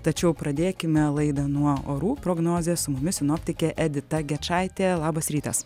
tačiau pradėkime laidą nuo orų prognozės su mumis sinoptikė edita gečaitė labas rytas